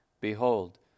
Behold